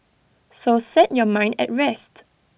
so set your mind at rest